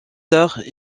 tard